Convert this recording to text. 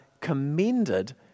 commended